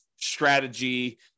strategy